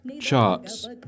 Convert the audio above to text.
charts